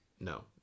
No